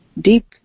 deep